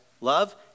love